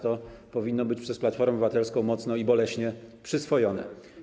To powinno być przez Platformę Obywatelską mocno i boleśnie przyswojone.